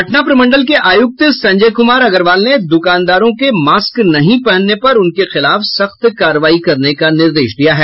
पटना प्रमंडल आयुक्त संजय कुमार अग्रवाल ने दुकानदारों के मास्क नहीं पहनने पर उनके खिलाफ सख्त कार्रवाई करने का निर्देश दिया है